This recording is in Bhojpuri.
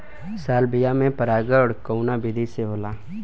सालविया में परागण कउना विधि से होला?